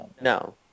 No